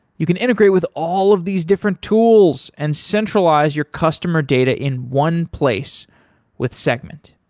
you can integrate with all of these different tools and centralize your customer data in one place with segment.